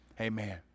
Amen